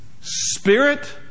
spirit